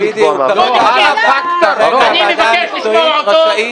לקבוע ------ אני מבקש לשמוע אותו.